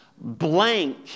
blank